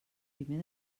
primer